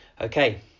Okay